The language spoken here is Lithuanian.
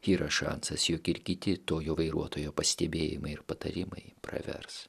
yra šansas jog ir kiti to jo vairuotojo pastebėjimai ir patarimai pravers